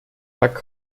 back